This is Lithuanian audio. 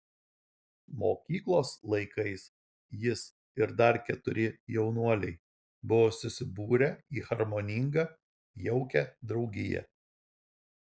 mokyklos laikais jis ir dar keturi jaunuoliai buvo susibūrę į harmoningą jaukią draugiją